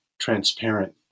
transparent